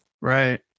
Right